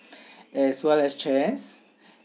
as well as chairs